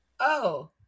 Oh